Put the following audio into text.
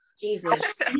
Jesus